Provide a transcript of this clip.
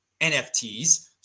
NFTs